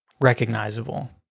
recognizable